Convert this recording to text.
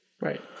Right